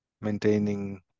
maintaining